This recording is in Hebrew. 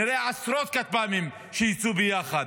נראה עשרות כטב"מים שיצאו יחד.